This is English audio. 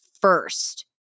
first